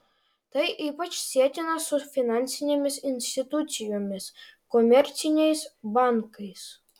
tai ypač sietina su finansinėmis institucijomis komerciniais bankais